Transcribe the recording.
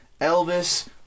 Elvis